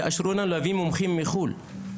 להביא מומחים מחו"ל,